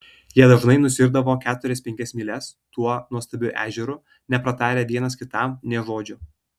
jie dažnai nusiirdavo keturias penkias mylias tuo nuostabiu ežeru nepratarę vienas kitam nė žodžio